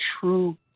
true